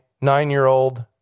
nine-year-old